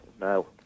no